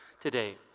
today